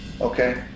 okay